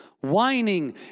whining